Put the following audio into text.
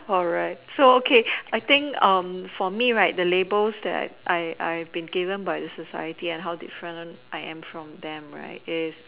correct so okay I think for me right the labels that I I I've been given by the society and how different I am from them right is